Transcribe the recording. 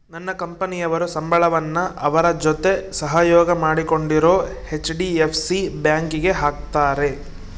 ನನ್ನ ಕಂಪನಿಯವರು ಸಂಬಳವನ್ನ ಅವರ ಜೊತೆ ಸಹಯೋಗ ಮಾಡಿಕೊಂಡಿರೊ ಹೆಚ್.ಡಿ.ಎಫ್.ಸಿ ಬ್ಯಾಂಕಿಗೆ ಹಾಕ್ತಾರೆ